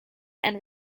and